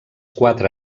quatre